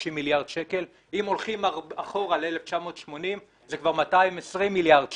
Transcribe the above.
ואם הולכים אחורה ל-1980 זה כבר 220 מיליארד שקל.